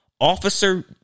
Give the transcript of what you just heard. Officer